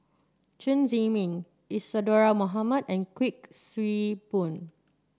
Chen Zhiming Isadhora Mohamed and Kuik Swee Boon